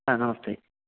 हा नमस्ते